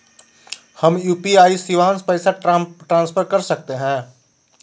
हम यू.पी.आई शिवांश पैसा ट्रांसफर कर सकते हैं?